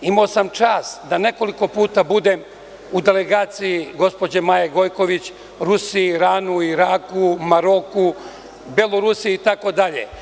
Imao sam čast da nekoliko puta budem u delegaciji gospođe Maje Gojković, u Rusiji, Iranu, u Iraku, u Maroku, Belorusiji, itd.